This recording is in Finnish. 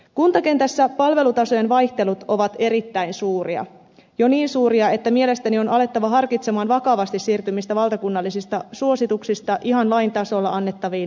kuntakentässä palvelutasojen vaihtelut ovat erittäin suuria jo niin suuria että mielestäni on alettava harkita vakavasti siirtymistä valtakunnallisista suosituksista ihan lain tasolla annettaviin määräyksiin